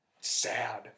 sad